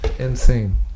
Insane